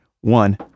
One